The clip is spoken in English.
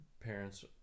parents